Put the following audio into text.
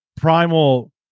primal